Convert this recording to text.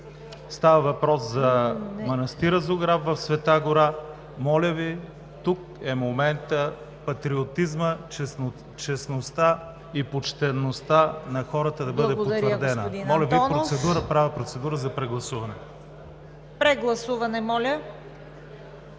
става въпрос за манастира „Зограф“ в Света гора. Моля Ви, тук е моментът патриотизмът, честността и почтеността на хората да бъдат потвърдени. Моля Ви, правя процедура за прегласуване. ПРЕДСЕДАТЕЛ ЦВЕТА